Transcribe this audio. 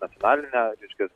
nacionalinę reiškias